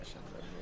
כן.